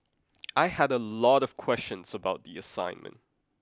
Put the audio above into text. I had a lot of questions about the assignment